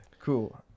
cool